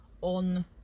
on